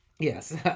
yes